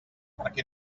perquè